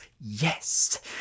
Yes